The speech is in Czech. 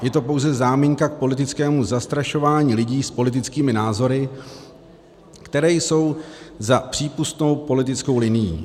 Je to pouze záminka k politickému zastrašování lidí s politickými názory, které jsou za přípustnou politickou linií.